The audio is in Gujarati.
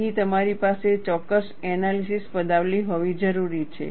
તેથી તમારી પાસે ચોક્કસ એનાલિસિસ પદાવલિ હોવી જરૂરી છે